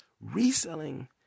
reselling